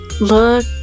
look